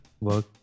work